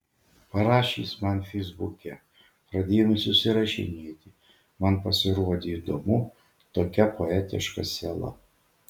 parašė jis man feisbuke pradėjome susirašinėti man pasirodė įdomu tokia poetiška siela